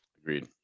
Agreed